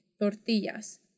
tortillas